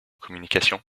communication